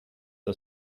are